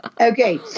Okay